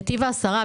נתיב העשרה.